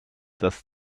das